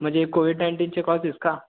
म्हणजे कोविड नाइंटीनचे कॉजेस का